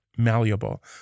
malleable